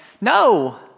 no